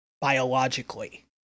biologically